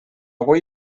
avui